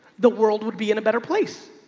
the world would be in a better place.